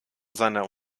seiner